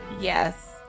Yes